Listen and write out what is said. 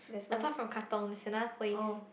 apart from Katong there's another place